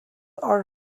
are